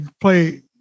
play